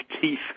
teeth